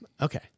Okay